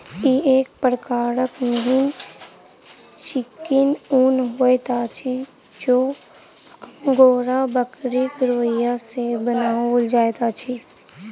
ई एक प्रकारक मिहीन चिक्कन ऊन होइत अछि जे अंगोरा बकरीक रोंइया सॅ बनाओल जाइत अछि